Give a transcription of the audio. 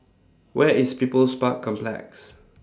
Where IS People's Park Complex